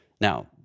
Now